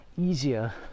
easier